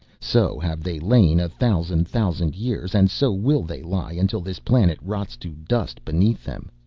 so have they lain a thousand thousand years, and so will they lie until this planet rots to dust beneath them.